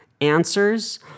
Answers